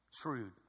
Shrewd